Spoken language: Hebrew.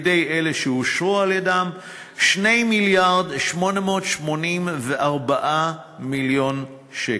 2 מיליארד ו-884 מיליון שקל.